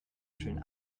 schön